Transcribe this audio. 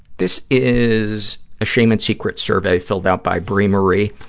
this is a shame and secrets survey filled out by brie marie.